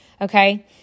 okay